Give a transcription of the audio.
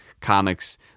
comics